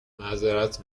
معذرت